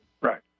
Right